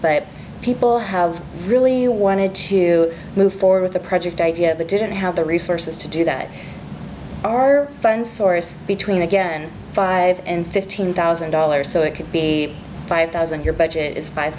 but people have really wanted to move forward with the project and yet they didn't have the resources to do that are fine source between again five and fifteen thousand dollars so it could be five thousand your budget is five